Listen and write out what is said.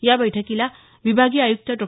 या बैठकीला विभागीय आयुक्त डॉ